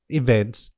events